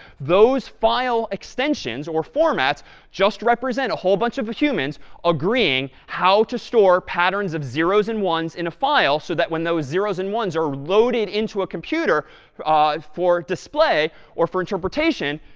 those file extensions or formats just represent a whole bunch of humans agreeing how to store patterns of zeros and ones in a file so that when those zeros and ones are loaded into a computer ah for display or for interpretation,